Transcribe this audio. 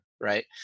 Right